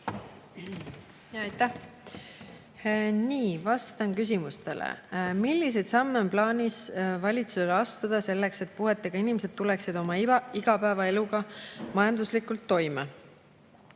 Aitäh! Nii, vastan küsimustele. Milliseid samme on valitsusel plaanis astuda selleks, et puuetega inimesed tuleksid oma igapäevaeluga majanduslikult toime?